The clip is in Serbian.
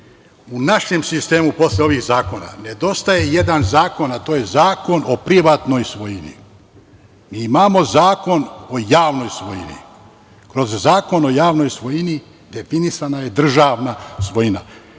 u našem sistemu posle ovih zakona nedostaje jedan zakon, a to je zakon o privatnoj svojini. Imamo Zakon o javnoj svojini. Kroz Zakon o javnoj svojini definisana je državna svojina